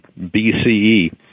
BCE